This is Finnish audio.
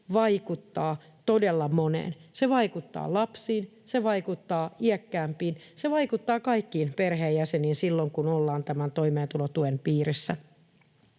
vaikuttaa todella moneen. Se vaikuttaa lapsiin, se vaikuttaa iäkkäämpiin, se vaikuttaa kaikkiin perheenjäseniin silloin, kun ollaan toimeentulotuen piirissä.